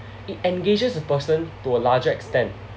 it engages the person to a larger extent